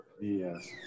Yes